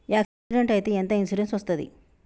Accident అయితే ఎంత insurance వస్తది?